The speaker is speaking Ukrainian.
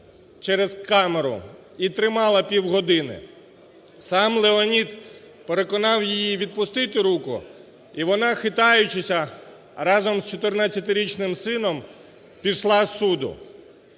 через камеру і тримала півгодини. Сам Леонід переконав її відпустити руку і вона, хитаючись, разом з 14-річним сином пішла з суду,